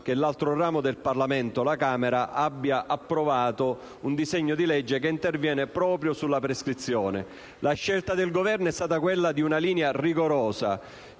che l'altro ramo del Parlamento, la Camera, avesse approvato un disegno di legge che interviene proprio sulla prescrizione. La scelta del Governo è stata quella di una linea rigorosa